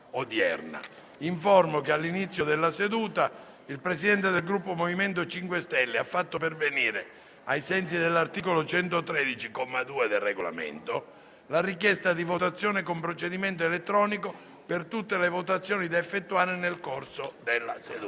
che all'inizio della seduta il Presidente del Gruppo MoVimento 5 Stelle ha fatto pervenire, ai sensi dell'articolo 113, comma 2, del Regolamento, la richiesta di votazione con procedimento elettronico per tutte le votazioni da effettuare nel corso della seduta.